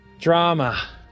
Drama